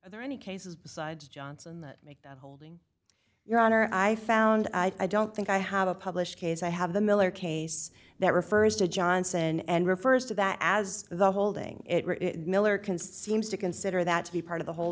is there any cases besides jonson that make the holding your honor i found i don't think i have a published case i have the miller case that refers to johnson and refers to that as the holding it miller can seems to consider that to be part of the hol